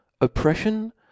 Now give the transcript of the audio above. oppression